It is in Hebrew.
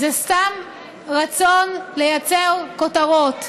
זה סתם רצון לייצר כותרות.